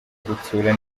gutsura